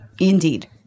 Indeed